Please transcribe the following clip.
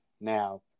now